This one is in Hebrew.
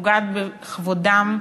פוגעת בכבודם,